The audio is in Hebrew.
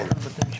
כן.